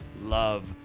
love